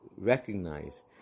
recognize